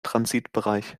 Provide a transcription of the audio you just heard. transitbereich